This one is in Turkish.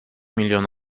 milyon